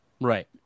right